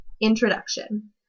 Introduction